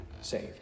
saved